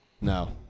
no